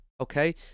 okay